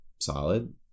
solid